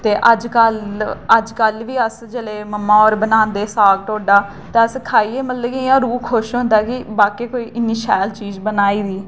ते अजकल अजकल बी अस जेल्लै ममा होर बनांदे साग ढोड्डा ते अस खाइयै मतलब कि इयां रूह् खुश होंदा कि बाक्या ई इन्नी शैल चीज बनाई दी